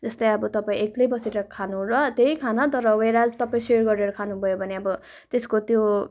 जस्तै अब तपाईँ एक्लै बसेर खानु र त्यही खाना तर वेरएज तपाईँ सेयर गरेर खानु भयो भने त्यसको त्यो